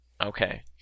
Okay